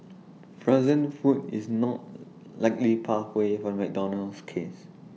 frozen food is not likely pathway for McDonald's case